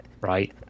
right